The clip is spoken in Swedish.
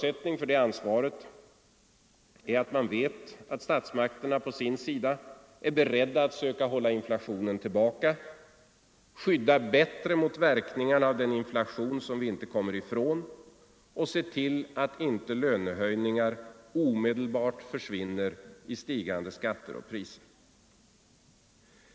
ättning för det ansvaret är att man vet att statsmakterna å sin sida är beredda att söka hålla inflationen tillbaka, skydda bättre mot verkningarna av den inflation vi inte kommer ifrån och se till att inte lönehöjningar omedelbart försvinner i stigande skatter och priser.